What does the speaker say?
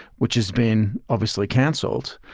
which has been obviously canceled.